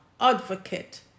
advocate